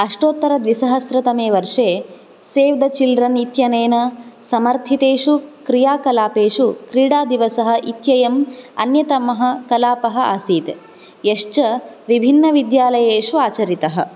अष्टोत्तरद्विसहस्रतमे वर्षे save the children इत्यनेन समर्थितेषु क्रियाकलापेषु क्रीडादिवसः इत्ययं अन्यतमः कलापः आसीत् यश्च विभिन्नविद्यालयेषु आचरितः